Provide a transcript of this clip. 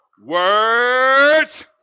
words